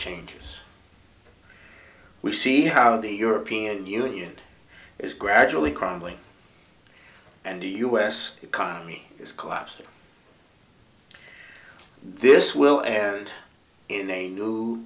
changes we see the european union is gradually crumbling and the us economy is collapsing this will end in a new